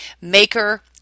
maker